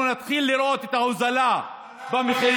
אנחנו נתחיל לראות את ההורדה במחירים,